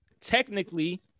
technically